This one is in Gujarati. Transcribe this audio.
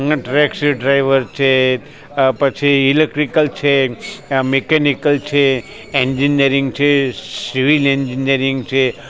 ટેક્સી ડ્રાઈવર છે પછી ઈલેક્ટ્રિકલ છે મિકેનિકલ છે ઍન્જિનયરિંગ છે સિવિલ ઍન્જિનયરિંગ છે